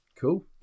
Cool